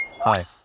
Hi